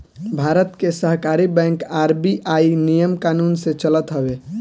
भारत के सहकारी bank RBI नियम कानून से चलत हवे